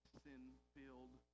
sin-filled